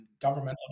governmental